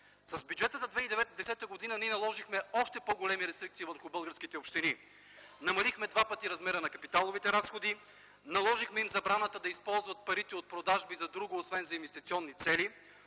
С бюджета за 2010 г. ние наложихме още по-големи рестрикции върху българските общини. Намалихме два пъти размера на капиталовите разходи, наложихме им забраната да използват парите от продажби за друго, освен за инвестиционни цели,